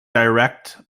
direct